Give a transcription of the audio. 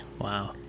Wow